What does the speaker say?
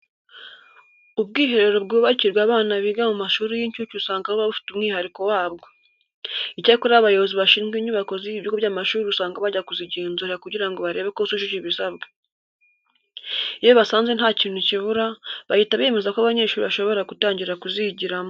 Ubwiherero bwubakirwa abana biga mu mashuri y'incuke usanga buba bufite umwihariko wabwo. Icyakora abayobozi bashinzwe inyubako z'ibigo by'amashuri usanga bajya kuzigenzura kugira ngo barebe ko zujuje ibisabwa. Iyo basanze nta kintu kibura, bahita bemeza ko abanyeshuri bashobora gutangira kuzigiramo.